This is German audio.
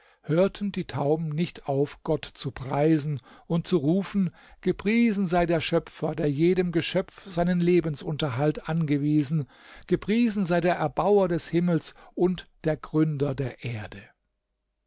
hörten die tauben nicht auf gott zu preisen und zu rufen gepriesen sei der schöpfer der jedem geschöpf seinen lebensunterhalt angewiesen gepriesen sei der erbauer des himmels und der gründer der erde